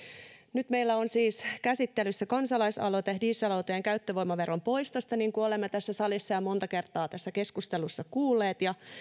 nyt meillä on siis käsittelyssä kansalaisaloite dieselautojen käyttövoimaveron poistosta niin kuin olemme tässä salissa jo montaa kertaa tässä keskustelussa kuulleet ja